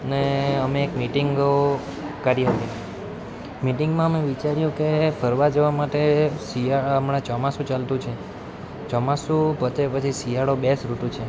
ને અમે એક મિટિંગો કરી હતી મિટિંગમાં અમે વિચાર્યું કે ફરવા જવા માટે શિયા હમણાં ચોમાસું ચાલતું છે ચોમાસું પતે પછી શિયાળો બેસ્ટ ઋતુ છે